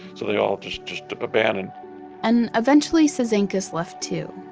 so they all just just abandoned and eventually, cizanckas left too.